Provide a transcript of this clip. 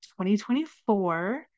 2024